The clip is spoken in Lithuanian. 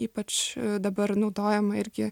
ypač dabar naudojama irgi